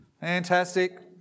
Fantastic